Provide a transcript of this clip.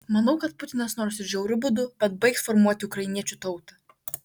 manau kad putinas nors ir žiauriu būdu bet baigs formuoti ukrainiečių tautą